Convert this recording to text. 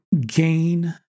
gain